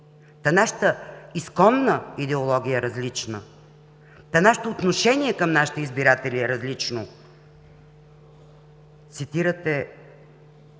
Нашата изконна идеология е различна, нашето отношение към нашите избиратели е различно. Цитирате